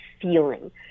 feeling